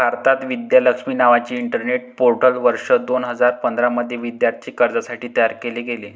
भारतात, विद्या लक्ष्मी नावाचे internet portal वर्ष दोन हजार पंधरा मध्ये विद्यार्थी कर्जासाठी तयार केले गेले